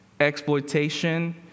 exploitation